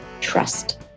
trust